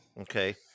Okay